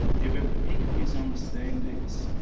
there were big misunderstandings.